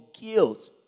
guilt